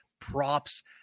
props